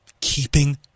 keeping